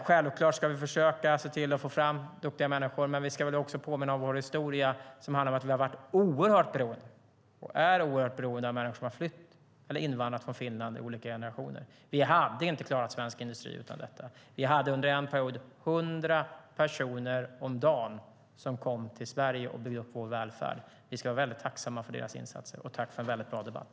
Självklart ska vi försöka se till att få fram duktiga människor, men vi ska väl också påminna om vår historia, som handlar om att vi har varit och är oerhört beroende av människor som har flytt eller invandrat från Finland i olika generationer. Vi hade inte klarat svensk industri utan detta. Vi hade under en period 100 personer om dagen som kom till Sverige och byggde upp vår välfärd. Vi ska vara väldigt tacksamma för deras insatser. Tack för en bra debatt!